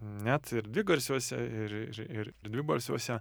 net ir dvigarsiuose ir ir ir dvibalsiuose